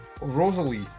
Rosalie